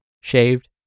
shaved